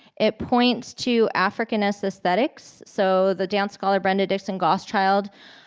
it points to africanist aesthetics. so the dance scholar brenda dixon gottschild